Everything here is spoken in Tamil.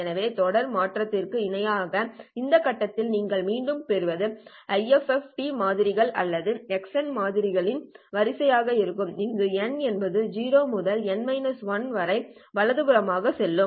எனவே தொடர் மாற்றத்திற்கு இணையாக இந்த கட்டத்தில் நீங்கள் மீண்டும் பெறுவது IFFT மாதிரிகள் அல்லது X மாதிரிகளின் வரிசை ஆக இருக்கும் இங்கு N என்பது 0 முதல் n 1 வரை வலதுபுறமாக செல்லும்